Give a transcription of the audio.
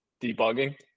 debugging